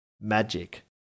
magic